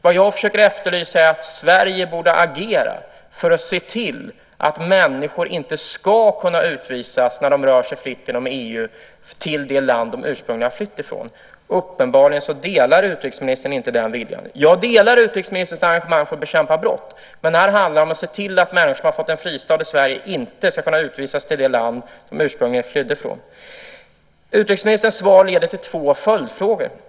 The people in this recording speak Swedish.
Vad jag försöker efterlysa är att Sverige borde agera för att se till att människor inte ska kunna utvisas, när de rör sig fritt inom EU, till det land de ursprungligen har flytt ifrån. Uppenbarligen delar utrikesministern inte den viljan. Jag delar utrikesministerns engagemang för att bekämpa brott, men här handlar det om att se till att människor som har fått en fristad i Sverige inte ska kunna utvisas till det land som de ursprungligen flydde ifrån. Utrikesministerns svar leder till två följdfrågor.